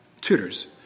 tutors